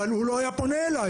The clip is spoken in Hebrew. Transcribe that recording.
אבל הוא לא היה פונה אליי,